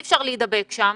שאי אפשר להידבק שם,